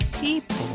people